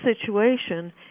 situation